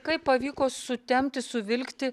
kaip pavyko sutempti suvilkti